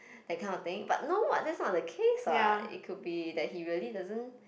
that kind of thing but no what that's not the case what it could be he really doesn't